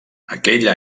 aquell